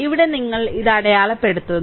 ഇവിടെ നിങ്ങൾ ഇത് അടയാളപ്പെടുത്തുന്നു